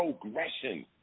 progression